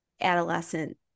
adolescent